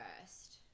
first